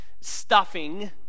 stuffing